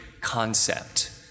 concept